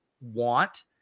want